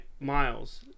miles